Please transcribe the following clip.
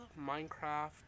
Minecraft